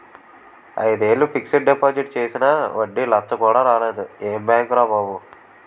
ఐదేళ్ళు fixed deposit చేసినా వడ్డీ లచ్చ కూడా రాలేదు ఏం బాంకురా బాబూ